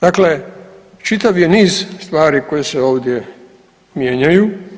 Dakle, čitav je niz stvari koje se ovdje mijenjaju.